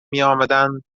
میآمدند